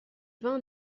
vin